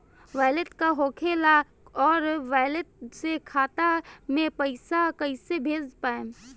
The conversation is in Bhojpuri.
वैलेट का होखेला और वैलेट से खाता मे पईसा कइसे भेज पाएम?